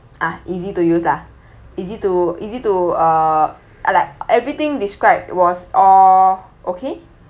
ah easy to use lah easy to easy to uh uh like everything described was all okay